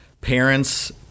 parents